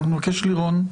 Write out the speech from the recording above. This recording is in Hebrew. אנחנו נבקש, לירון,